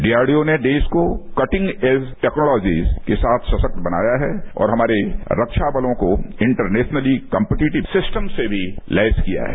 DRDO ने देश को कटिंग इज टेक्नोलॉजी के साथ सशक्त बनाया है और हमारे रक्षाबलों को इंटरनेशनली कम्पीटिटिव सिस्टम से भी लैस किया है